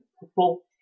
purple